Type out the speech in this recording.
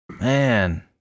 Man